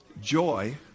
joy